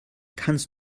kannst